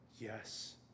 yes